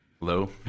Hello